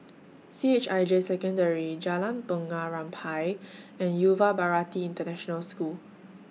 C H I J Secondary Jalan Bunga Rampai and Yuva Bharati International School